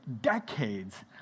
decades